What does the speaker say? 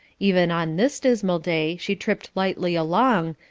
even on this dismal day she tripped lightly along,